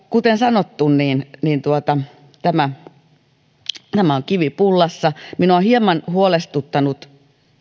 kuten sanottu tämä on kivi pullassa minua ovat hieman huolestuttaneet